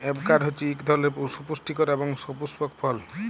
avocado হছে ইক ধরলের সুপুষ্টিকর এবং সুপুস্পক ফল